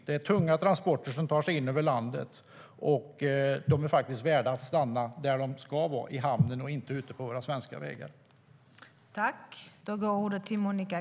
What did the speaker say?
Det är tunga transporter som tar sig in i landet. De bör stanna där de ska vara - i hamnen, inte ute på våra svenska vägar.